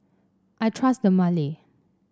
I trust Dermale